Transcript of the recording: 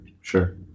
sure